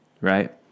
Right